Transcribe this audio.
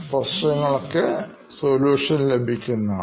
വളരെയധികം സൊലൂഷൻ ലഭിക്കുന്നതാണ്